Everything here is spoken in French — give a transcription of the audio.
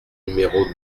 numéro